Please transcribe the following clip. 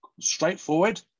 straightforward